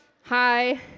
Hi